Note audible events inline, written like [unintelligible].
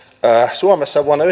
suomessa on vuonna [unintelligible]